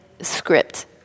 script